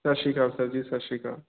ਸਤਿ ਸ਼੍ਰੀ ਅਕਾਲ ਸਰ ਜੀ ਸਤਿ ਸ਼੍ਰੀ ਅਕਾਲ